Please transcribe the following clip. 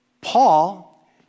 Paul